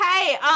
hey